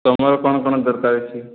ତୁମର କ''ଣ କଣ ଦରକାର ଅଛି